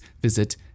visit